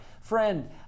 Friend